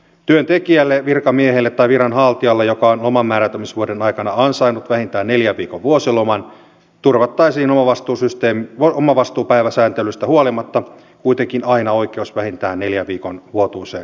työntekijälle virkamiehelle tai viranhaltijalle joka on lomanmääräytymisvuoden aikana ansainnut vähintään neljän viikon vuosiloman turvattaisiin omavastuupäiväsääntelystä huolimatta kuitenkin aina oikeus vähintään neljän viikon vuotuiseen vuosilomaan